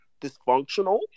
dysfunctional